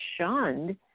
shunned